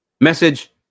Message